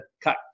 cut